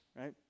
right